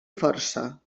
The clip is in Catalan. força